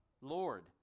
Lord